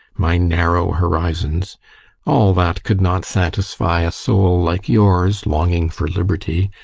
my narrow horizons all that could not satisfy a soul like yours, longing for liberty.